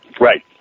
Right